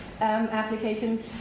applications